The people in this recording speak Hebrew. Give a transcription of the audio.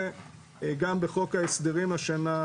וגם בחוק ההסדרים השנה,